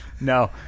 No